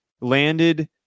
landed